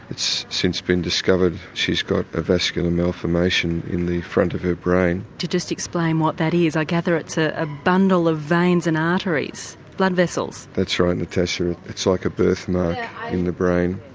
it's since been discovered she's got a vascular malformation in the front of her brain. to just explain what that is, i gather it's ah a bundle of veins and arteries. blood vessels. that's right, natasha, it's like a birth mark in the brain,